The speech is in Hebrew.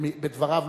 בדבריו,